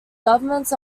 governments